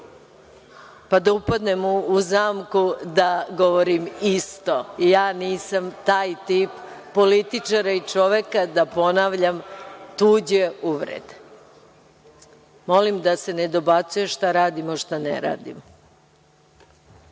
da upadnem u zamku da govorim isto. Ja nisam taj tip političara i čoveka da ponavljam tuđe uvrede. Molim da se ne dobacuje šta radimo, a šta ne radimo.